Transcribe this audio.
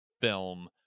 film